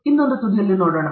ಇನ್ನೊಂದು ತುದಿಯಲ್ಲಿ ಹೋಗೋಣ